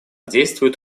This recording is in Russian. действует